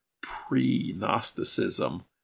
pre-Gnosticism